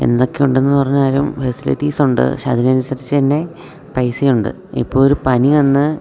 എന്തൊക്കെയുണ്ടെന്ന് പറഞ്ഞാലും ഫെസിലിറ്റീസുണ്ട് പക്ഷേ അതിനനുസരിച്ചുതന്നെ പൈസയുണ്ട് ഇപ്പോൾ ഒരു പനി വന്ന്